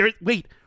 wait